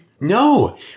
No